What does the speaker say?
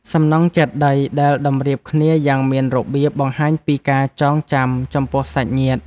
សំណង់ចេតិយដែលតម្រៀបគ្នាយ៉ាងមានរបៀប បង្ហាញពីការចងចាំចំពោះសាច់ញាតិ។